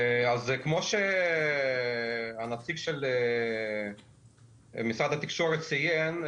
אז כמו שהנציג של משרד התקשורת ציין,